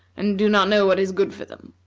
and do not know what is good for them.